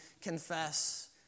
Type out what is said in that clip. confess